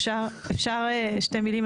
אפשר שתי מילים,